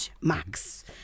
Max